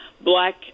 black